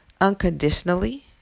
unconditionally